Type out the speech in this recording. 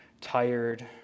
tired